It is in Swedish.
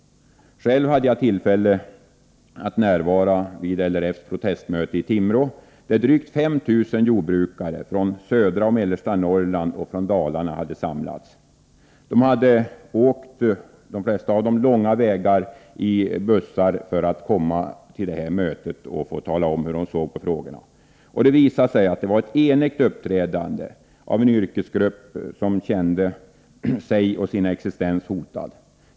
Själv hade jag tillfälle att närvara vid LRF:s protestmöte i Timrå, där drygt 5000 jordbrukare från södra och mellersta Norrland samt från Dalarna hade samlats. De flesta hade åkt långa vägar i bussar för att komma till det här mötet och få tala om, hur de såg på frågorna. Det var ett enigt uppträdande av en yrkesgrupp som kände ett hot mot sig och sin existens.